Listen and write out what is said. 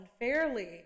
unfairly